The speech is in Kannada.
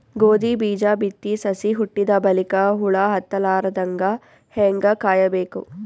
ಗೋಧಿ ಬೀಜ ಬಿತ್ತಿ ಸಸಿ ಹುಟ್ಟಿದ ಬಲಿಕ ಹುಳ ಹತ್ತಲಾರದಂಗ ಹೇಂಗ ಕಾಯಬೇಕು?